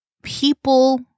People